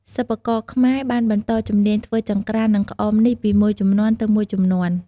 សិប្បករខ្មែរបានបន្តជំនាញធ្វើចង្ក្រាន និងក្អមនេះពីមួយជំនាន់ទៅមួយជំនាន់។